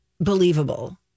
believable